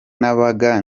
nabaga